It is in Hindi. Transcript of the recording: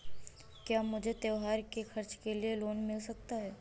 क्या मुझे त्योहार के खर्च के लिए लोन मिल सकता है?